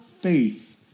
faith